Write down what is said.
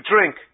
drink